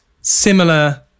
similar